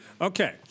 Okay